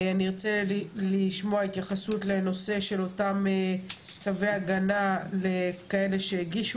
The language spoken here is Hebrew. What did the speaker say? אני ארצה לשמוע התייחסות לנושא של אותם צווי הגנה לכאלה שהגישו